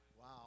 Wow